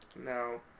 No